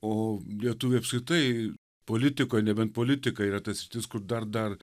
o lietuviai apskritai politikoj nebent politika yra ta sritis kur dar dar